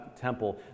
temple